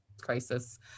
crisis